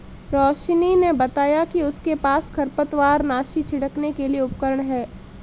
रोशिनी ने बताया कि उसके पास खरपतवारनाशी छिड़कने के लिए उपकरण है